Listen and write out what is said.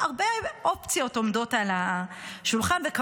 הרבה אופציות עומדות על השולחן, וכמובן,